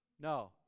No